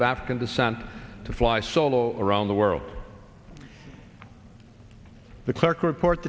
of african descent to fly solo around the world the clerk report